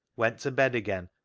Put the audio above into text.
went to bed again,